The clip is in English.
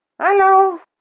Hello